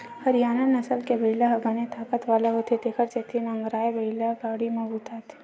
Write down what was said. हरियाना नसल के बइला ह बने ताकत वाला होथे तेखर सेती नांगरए बइला गाड़ी म बूता आथे